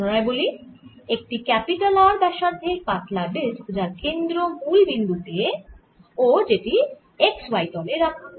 পুনরায় বলি একটি R ব্যাসার্ধের পাতলা ডিস্ক যার কেন্দ্র বিন্দু মুল বিন্দু তে ও সেটি x y তলে রাখা